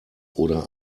oder